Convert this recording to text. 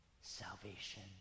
salvation